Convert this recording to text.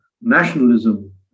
nationalism